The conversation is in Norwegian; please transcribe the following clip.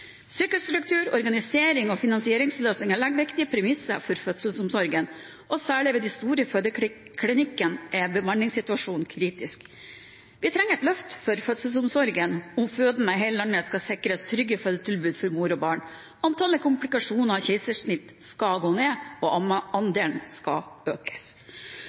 Sykehusstruktur, organisering og finansieringsløsninger legger viktige premisser for fødselsomsorgen, og særlig ved de store fødeklinikkene er bemanningssituasjonen kritisk. Vi trenger et løft for fødselsomsorgen om fødende i hele landet skal sikres trygge fødetilbud for mor og barn, om antall komplikasjoner og keisersnitt skal gå ned og ammeandelen økes.